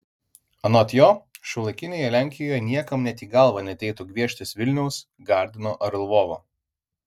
anot jo šiuolaikinėje lenkijoje niekam net į galvą neateitų gvieštis vilniaus gardino ar lvovo